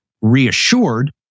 reassured